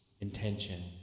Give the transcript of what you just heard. Intention